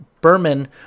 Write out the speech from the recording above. Berman